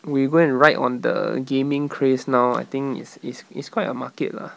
we go and write on the gaming craze now I think is is is quite a market lah